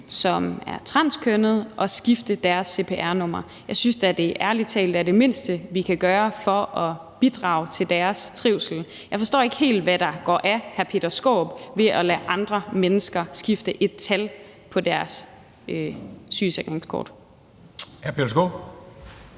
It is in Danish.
som er transkønnede, at skifte deres cpr-nummer. Jeg synes da ærlig talt, det er det mindste, vi kan gøre for at bidrage til deres trivsel. Jeg forstår ikke helt, hvad der går af hr. Peter Skaarup ved at lade andre mennesker skifte et tal på deres sygesikringskort.